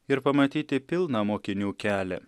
ir pamatyti pilną mokinių kelią